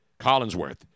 Collinsworth